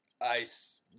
ice